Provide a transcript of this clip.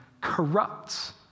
corrupts